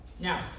Now